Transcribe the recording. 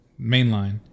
mainline